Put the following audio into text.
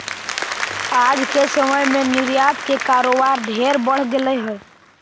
आज के समय में निर्यात के कारोबार ढेर बढ़ गेलई हे